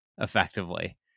effectively